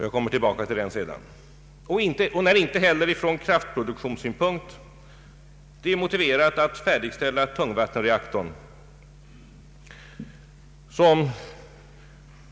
Jag kommer tillbaka härtill senare.